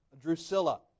Drusilla